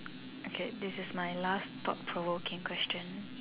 okay this is my last thought-provoking question